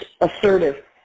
assertive